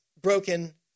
broken